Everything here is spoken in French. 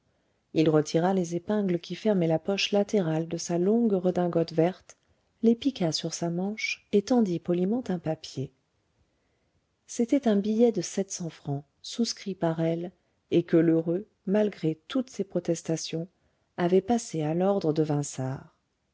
il retira les épingles qui fermaient la poche latérale de sa longue redingote verte les piqua sur sa manche et tendit poliment un papier c'était un billet de sept cents francs souscrit par elle et que lheureux malgré toutes ses protestations avait passé à l'ordre de vinçart